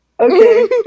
Okay